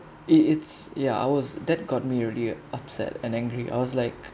it it's ya ours that got me really upset and angry I was like